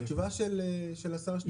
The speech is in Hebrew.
מהתשובה של השר שטייניץ.